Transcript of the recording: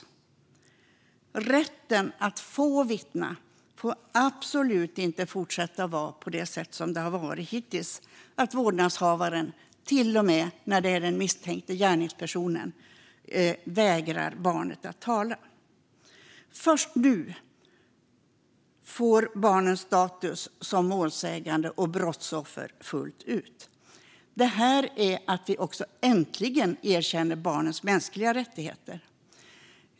Det är en rätt att få vittna, och det får absolut inte fortsätta som hittills, att vårdnadshavaren - till och med den misstänkte gärningspersonen - vägrar låta barnet komma till tals. Först nu får barnen fullt ut status som målsägande och brottsoffer. Äntligen erkänner vi barns mänskliga rättigheter.